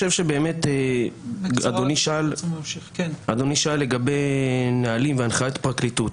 אדוני שאל לגבי נהלים והנחיות פרקליטות,